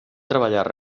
treballar